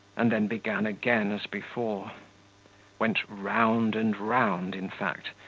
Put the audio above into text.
and then began again as before went round and round, in fact,